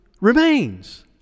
remains